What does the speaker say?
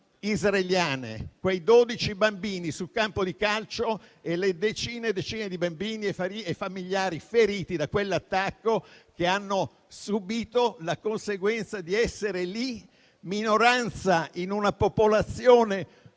mi riferisco a quei 12 bambini sul campo di calcio e alle decine e decine di bambini e familiari feriti da quell'attacco, che hanno subìto la conseguenza di essere minoranza in una popolazione